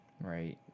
right